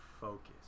focus